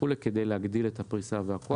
כדי להגדיל את הפריסה והכוח.